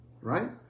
right